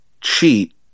cheat